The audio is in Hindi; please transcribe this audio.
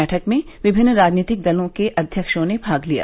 बैठक में विभिन्न राजनीतिक दलो के अध्यक्षों ने भाग लिया